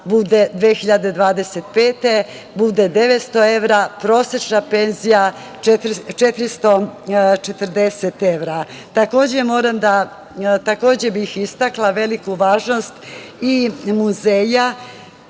2025. godine 900 evra a prosečna penzija 440 evra. Takođe, bih istakla veliku važnost i Muzeja